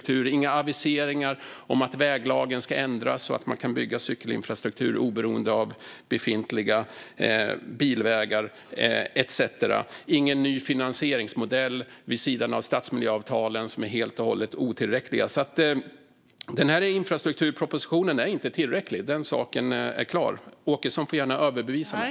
Jag ser inga aviseringar om att väglagen ska ändras så att man kan bygga cykelinfrastruktur oberoende av befintliga bilvägar etcetera. Jag ser ingen ny finansieringsmodell vid sidan av stadsmiljöavtalen, som är helt och hållet otillräckliga. Infrastrukturpropositionen är inte tillräcklig - den saken är klar. Åkesson får gärna överbevisa mig.